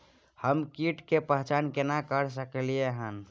हम कीट के पहचान केना कर सकलियै हन?